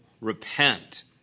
repent